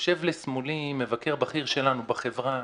יושב לשמאלי מבקר בכיר שלנו בחברה